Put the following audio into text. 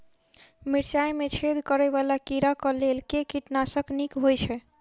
मिर्चाय मे छेद करै वला कीड़ा कऽ लेल केँ कीटनाशक नीक होइ छै?